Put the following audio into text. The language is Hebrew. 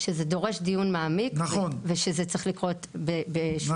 שזה דורש דיון מעמיק ושזה צריך לקרות --- נכון,